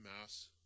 mass